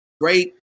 great